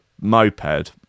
moped